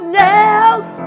nails